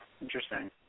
Interesting